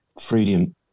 freedom